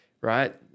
Right